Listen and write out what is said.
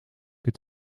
het